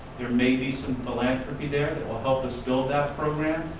there may be some philanthropy there that will help us build that program.